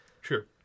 sure